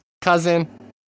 cousin